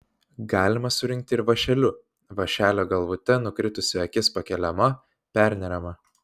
galima surinkti ir vąšeliu vąšelio galvute nukritusi akis pakeliama perneriama